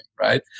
right